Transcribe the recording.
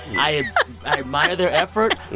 i ah i admire their effort.